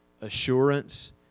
assurance